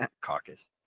caucus